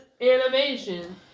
animation